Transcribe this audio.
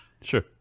Sure